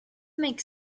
make